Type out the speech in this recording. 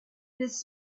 his